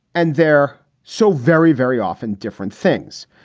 and they're so very, very often different things.